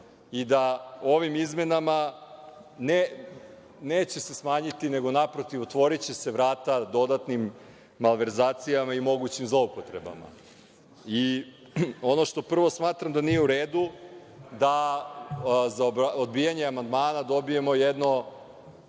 i da ovim izmenama neće se smanjiti, nego naprotiv, otvoriće se vrata dodatnim malverzacijama i zloupotrebama. Ono što prvo smatram da nije u redu, da za odbijanje amandmana dobijemo jedno,